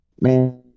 Man